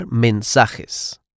mensajes